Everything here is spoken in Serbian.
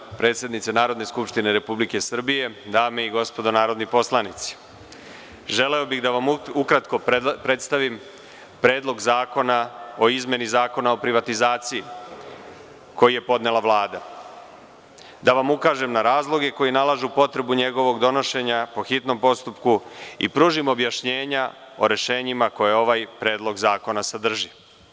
Uvažena predsednice Narodne skupštine Republike Srbije, dame i gospodo narodni poslanici, želeo bih da vam ukratko predstavnik Predlog zakona o izmeni Zakona o privatizaciji, koji je podnela Vlada, da vam ukažem na razloge koji nalažu potrebu njegovog donošenja po hitnom postupku i pružim objašnjenja o rešenjima koja ovaj predlog zakona sadrži.